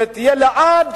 שתהיה לעד,